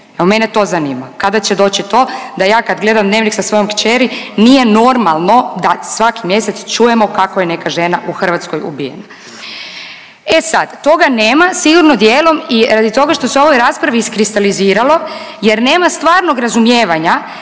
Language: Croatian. mene to zanima, kada će doći to da ja kad gledam Dnevnik sa svojom kćeri nije normalno da svaki mjesec čujemo kako je neka žena u Hrvatskoj ubijena. E sad, toga nema sigurno dijelom i radi toga što se u ovoj raspravi iskristaliziralo jer nema stvarnog razumijevanja